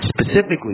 specifically